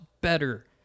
better